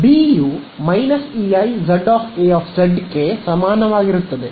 B u −Ei z A ಕ್ಕೆ ಸಮಾನವಾಗಿರುತ್ತದೆ